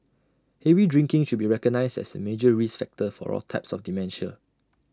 heavy drinking should be recognised as A major risk factor for all types of dementia